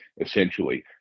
essentially